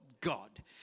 God